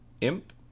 Imp